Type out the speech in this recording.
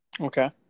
okay